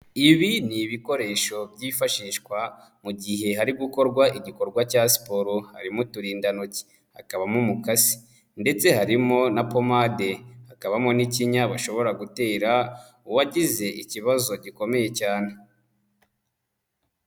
Ibi ni ibikoresho byifashishwa mu gihe hari gukorwa igikorwa cya siporo, harimo uturindantoki, hakabamo umukasi ndetse harimo na pomade, hakabamo n'ikinya bashobora gutera uwagize ikibazo gikomeye cyane.